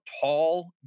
tall